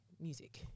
music